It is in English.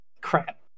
Crap